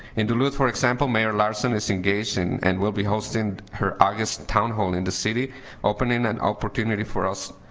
in duluth for example mayor larsen is engaged in and will be hosting her august town hall in the city opening an opportunity for us